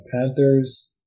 Panthers